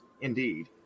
Indeed